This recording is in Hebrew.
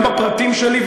גם בפרטים שלי,